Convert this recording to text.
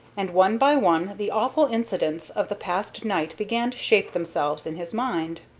and one by one the awful incidents of the past night began to shape themselves in his mind.